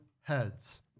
heads